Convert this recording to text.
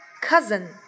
cousin